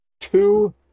Two